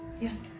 Yes